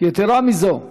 יתרה מזאת,